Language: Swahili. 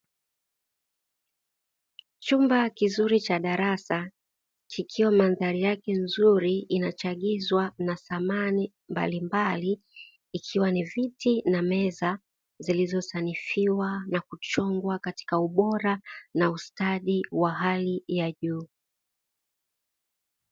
Chumba kizuri cha darasa kikiwa mandhari yake nzuri inachagizwa na samani mbalimbali, ikiwa ni viti na meza vilivyosanifiwa na kuchongwa katika ubora na ustadi wa hali ya juu.